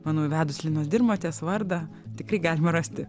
mano įvedus linos dirmotės vardą tikrai galima rasti